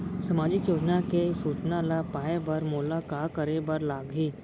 सामाजिक योजना के सूचना ल पाए बर मोला का करे बर लागही?